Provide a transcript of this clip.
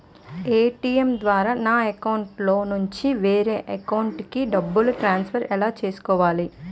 ATM ద్వారా నా అకౌంట్లోనుంచి వేరే అకౌంట్ కి డబ్బులు ట్రాన్సఫర్ ఎలా చేసుకోవాలి?